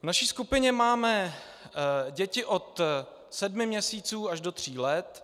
V naší skupině máme děti od sedmi měsíců až do tří let.